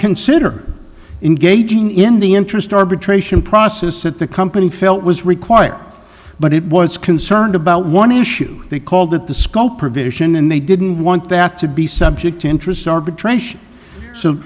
consider engaging in the interest arbitration process that the company felt was required but it was concerned about one issue they called it the scope provision and they didn't want that to be subject to interest arbitration so